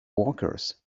workers